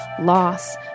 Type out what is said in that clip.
loss